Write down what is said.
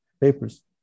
papers